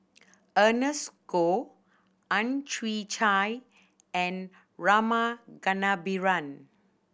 Ernest Goh Ang Chwee Chai and Rama Kannabiran